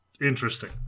interesting